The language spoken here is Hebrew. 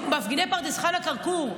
מפגיני פרדס חנה, כרכור,